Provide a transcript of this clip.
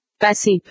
Passive